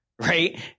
right